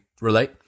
relate